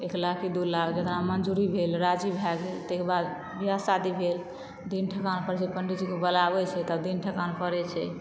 एक लाख की दू लाख जितनामे मंज़ूरी भेल राज़ी भए गेल तेकर बाद बियाह शादी भेल दिन ठेकान करै छै पंडितजी के बजाबै छै तऽ दिन ठेकान करै छै